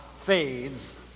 fades